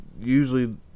usually